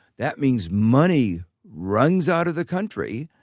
that means money runs out of the country,